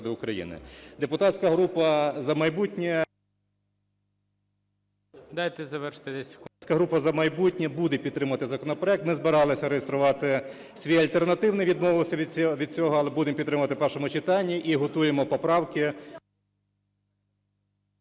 Депутатська група "За майбутнє" буде підтримувати законопроект. Ми збиралися реєструвати свій альтернативний, відмовилися від цього. Але будемо підтримувати в першому читанні. І готуємо поправки…